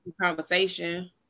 conversation